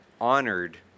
honored